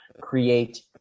create